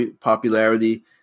popularity